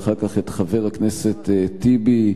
ואחר כך את חבר הכנסת טיבי,